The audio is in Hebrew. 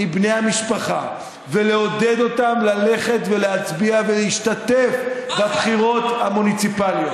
עם בני המשפחה ולעודד אותם ללכת ולהצביע ולהשתתף בבחירות המוניציפליות.